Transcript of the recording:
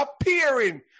appearing